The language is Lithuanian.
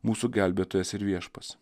mūsų gelbėtojas ir viešpats